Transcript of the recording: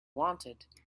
wanted